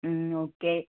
ம் ஓகே